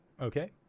Okay